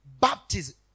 baptism